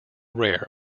rare